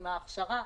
עם ההכשרה,